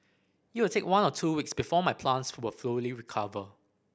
it will take one or two weeks before my plants will fully recover